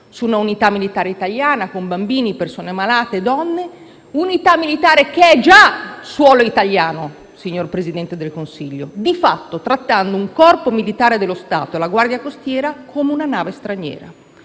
su una unità militare italiana, con bambini, persone malate e donne. Peraltro, quell'unità militare è già suolo italiano, signor Presidente del Consiglio, e di fatto è stato trattato un Corpo militare dello Stato (la Guardia costiera) come una nave straniera.